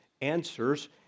answers